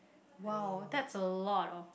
!wow! that's a lot of